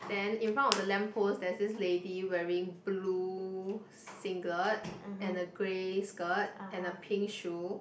then in front of the lamp post there's this lady wearing blue singlet and a grey skirt and a pink shoe